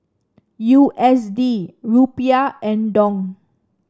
U S D Rupiah and Dong